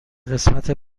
قسمت